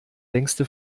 längste